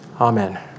Amen